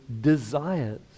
desires